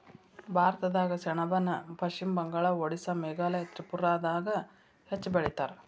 ಭಾರತದಾಗ ಸೆಣಬನ ಪಶ್ಚಿಮ ಬಂಗಾಳ, ಓಡಿಸ್ಸಾ ಮೇಘಾಲಯ ತ್ರಿಪುರಾದಾಗ ಹೆಚ್ಚ ಬೆಳಿತಾರ